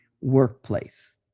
workplace